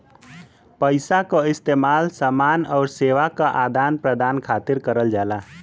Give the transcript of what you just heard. पइसा क इस्तेमाल समान आउर सेवा क आदान प्रदान खातिर करल जाला